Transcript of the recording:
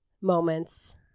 moments